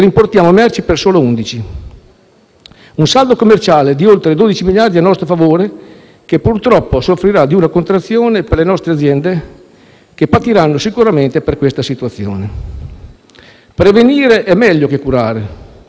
Un saldo commerciale di oltre 12 miliardi a nostro favore che purtroppo soffrirà di una contrazione per le nostre aziende, che patiranno sicuramente per questa situazione. Prevenire è meglio che curare. Quante volte lo abbiamo sentito dire?